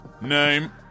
Name